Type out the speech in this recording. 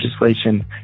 legislation